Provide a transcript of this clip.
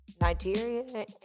Nigeria